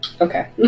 okay